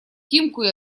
тимку